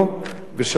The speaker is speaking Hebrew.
מדוע?